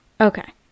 Okay